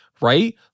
right